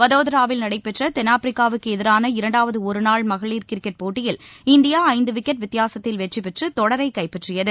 வதோதராவில் நடைபெற்ற தென்னாப்பிரிக்காகவுக்கு எதிரான இரண்டாவது ஒருநாள் மகளிர் கிரிக்கெட் போட்டியில் இந்தியா ஐந்து விக்கெட் வித்தியாசத்தில் வெற்றி பெற்று தொடரைக் கைப்பற்றியது